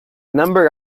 number